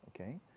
okay